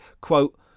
quote